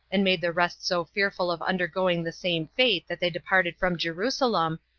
and made the rest so fearful of undergoing the same fate that they departed from jerusalem,